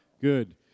Good